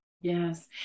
Yes